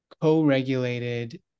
co-regulated